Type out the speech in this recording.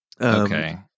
Okay